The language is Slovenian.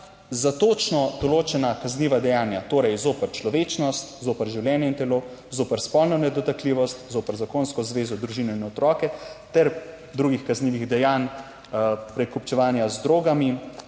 za točno določena kazniva dejanja, torej zoper človečnost, zoper življenje in telo, zoper spolno nedotakljivost, zoper zakonsko zvezo, družino in otroke ter drugih kaznivih dejanj, prekupčevanja z drogami